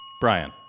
Brian